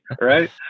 right